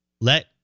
let